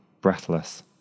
breathless